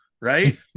Right